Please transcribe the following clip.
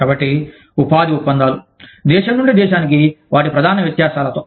కాబట్టి ఉపాధి ఒప్పందాలు దేశం నుండి దేశానికి వాటి ప్రధాన వ్యత్యాసాలతో